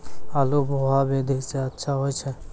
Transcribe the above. आलु बोहा विधि सै अच्छा होय छै?